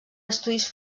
estudis